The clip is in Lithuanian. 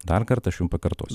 dar kartą aš jum pakartosiu